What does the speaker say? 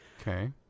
Okay